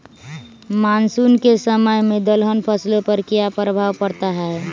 Monsoon के समय में दलहन फसलो पर क्या प्रभाव पड़ता हैँ?